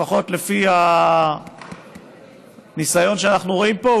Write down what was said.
לפחות לפי הניסיון שאנחנו רואים פה,